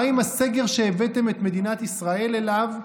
מה עם הסגר שהבאתם את מדינת ישראל אליו,